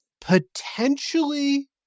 potentially